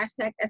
hashtag